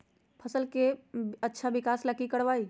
फसल के अच्छा विकास ला की करवाई?